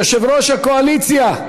יושב-ראש הקואליציה.